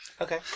okay